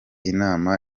inama